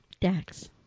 dax